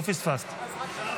עצרתי את ההצבעה,